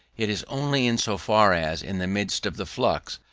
it is only in so far as, in the midst of the flux,